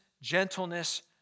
gentleness